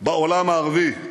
בעולם הערבי,